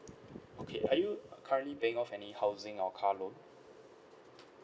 okay are you currently paying off any housing or car loan